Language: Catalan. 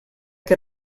que